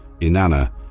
Inanna